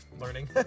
learning